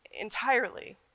entirely